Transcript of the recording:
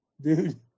dude